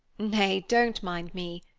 nay, don't mind me.